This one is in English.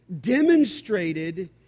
demonstrated